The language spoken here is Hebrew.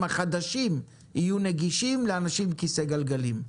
החדשים יהיו נגישים לאנשים עם כיסא גלגלים.